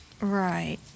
Right